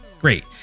great